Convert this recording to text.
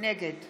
נגד